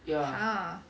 !huh!